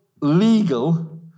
legal